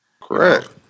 Correct